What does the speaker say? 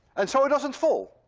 and so it doesn't fall.